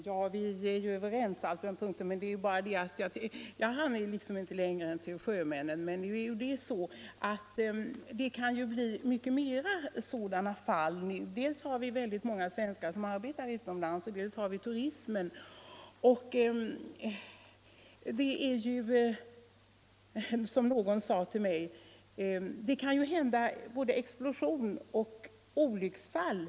Herr talman! Vi är tydligen överens på den här punkten. Jag hann inte nämna fler exempel än det om sjömännen, men detta kan gälla många fler: dels har vi många svenskar som arbetar utomlands, dels har vi turismen. Det kan inträffa, som någon sade till mig, både explosioner och andra olycksfall.